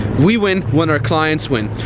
we win when our clients win,